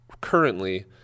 currently